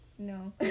No